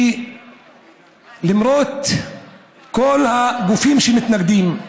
למרות כל הגופים שמתנגדים: